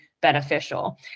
beneficial